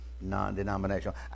non-denominational